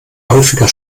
häufiger